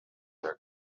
their